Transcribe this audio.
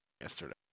yesterday